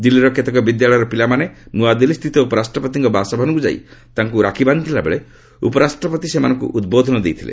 ଦିଲ୍ଲୀର କେତେକ ବିଦ୍ୟାଳୟର ପିଲାମାନେ ନ୍ତଆଦିଲ୍ଲୀ ସ୍ଥିତ ଉପରାଷ୍ଟ୍ରପତିଙ୍କ ବାସଭବନକ୍ତ ଯାଇ ତାଙ୍କ ରାକ୍ଷୀ ବାନ୍ଧିଥିବା ବେଳେ ଉପରାଷ୍ଟ୍ରପତି ସେମାନଙ୍କୁ ଉଦ୍ବୋଧନ ଦେଇଥିଲେ